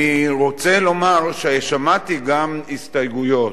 אני רוצה לומר ששמעתי גם הסתייגויות,